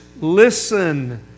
listen